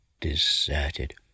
deserted